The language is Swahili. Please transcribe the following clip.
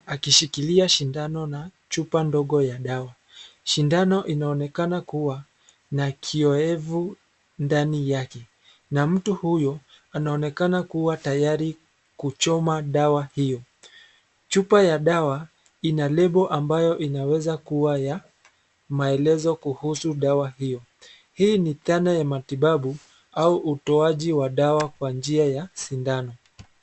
Akishikilia shindano na chupa ndogo ya dawa. Shindano inaonekana kuwa na kioevu, ndani yake na mtu huyu, anaonekana kuwa tayari kuchoma dawa hio. Chupa ya dawa, ina lebo ambayo inaweza kuwa ya, maelezo kuhusu dawa hio. Hii ni dhana ya matibabu au utoaji wa dawa kwa njia ya sindano.